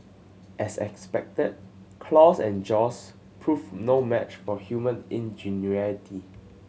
as expected claws and jaws proved no match for human ingenuity